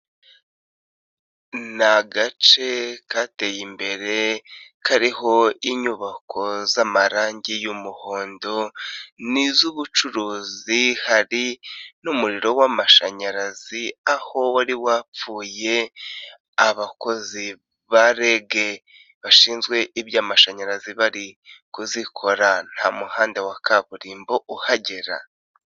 Ni gace kateye imbere kariho inyubako z'amarangi y'umuhondo, ni iz'ubucuruzi, hari n'umuriro w'amashanyarazi, aho wari wapfuye abakozi ba REG, bashinzwe iby'amashanyarazi, bari kuzikora nta muhanda wa kaburimbo uhagera.